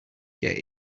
get